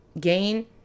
gain